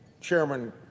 chairman